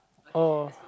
oh